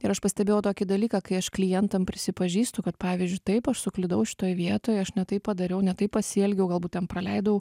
ir aš pastebėjau tokį dalyką kai aš klientam prisipažįstu kad pavyzdžiui taip aš suklydau šitoj vietoj aš ne taip padariau ne taip pasielgiau galbūt ten praleidau